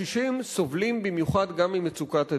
הקשישים סובלים במיוחד גם ממצוקת הדיור.